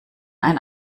ein